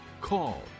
call